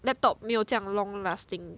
laptop 没有这样 long lasting